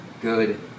good